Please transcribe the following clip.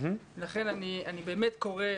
לכן אני באמת קורא,